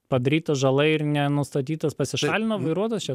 padaryta žala ir nenustatytas pasišalino vairuotojas čia